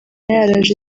yaraje